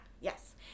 Yes